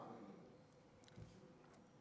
הגענו להסכמה בינינו.